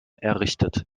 errichtet